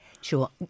Sure